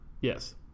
yes